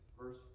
verse